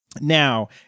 Now